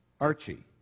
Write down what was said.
Archie